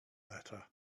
better